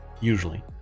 usually